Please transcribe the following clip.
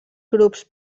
grups